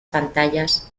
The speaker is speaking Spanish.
pantallas